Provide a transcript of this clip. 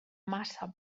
massa